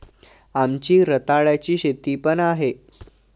आमची रताळ्याची शेती पण आहे